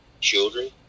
children